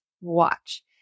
watch